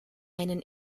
einen